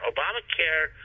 Obamacare